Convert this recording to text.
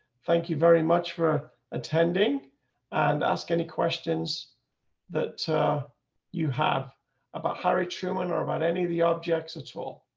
thank you very much for attending and ask any questions that you have about harry truman or about any of the objects at all.